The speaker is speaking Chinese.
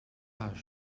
大学